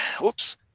Whoops